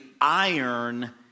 iron